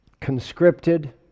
conscripted